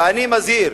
ואני מזהיר